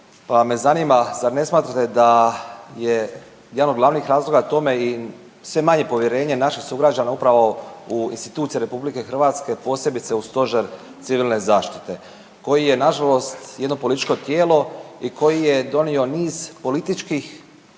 pa me zanima zar ne smatrate da je jedan od glavnih razloga tome i sve manje povjerenje naših sugrađana upravo u institucije Republike Hrvatske posebice u Stožer civilne zaštite koji je na žalost jedno političko tijelo i koji je donio niz političkih